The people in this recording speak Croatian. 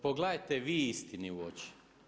Pogledajte vi istini u oči.